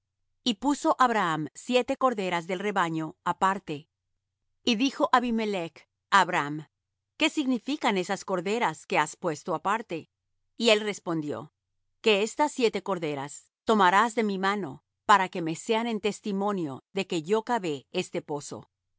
y puso abraham siete corderas del rebaño aparte y dijo abimelech á abraham qué significan esas siete corderas que has puesto aparte y él respondió que estas siete corderas tomarás de mi mano para que me sean en testimonio de que yo cavé este pozo